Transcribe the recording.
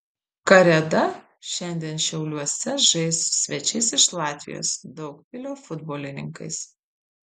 kareda šiandien šiauliuose žais su svečiais iš latvijos daugpilio futbolininkais